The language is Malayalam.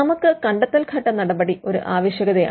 നമുക്ക് കണ്ടെത്തൽഘട്ട നടപടി ഒരാവശ്യകതയാണ്